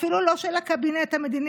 אפילו לא של הקבינט המדיני-ביטחוני,